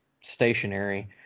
stationary